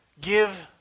give